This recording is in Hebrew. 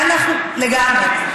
לגמרי.